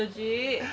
legit